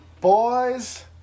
boys